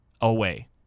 away